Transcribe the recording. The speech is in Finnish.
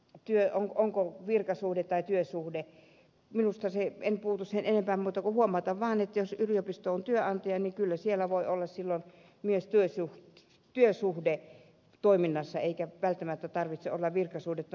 asiaan onko virkasuhde tai työsuhde en puutu sen enempää kuin huomautan vaan että jos yliopisto on työnantaja niin kyllä siellä voi olla silloin myös työsuhde toiminnassa eikä välttämättä tarvitse olla virkasuhdetta